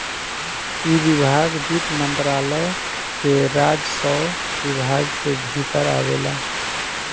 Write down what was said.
इ विभाग वित्त मंत्रालय के राजस्व विभाग के भीतर आवेला